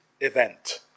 event